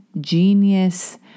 genius